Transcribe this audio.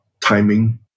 timing